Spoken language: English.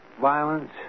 violence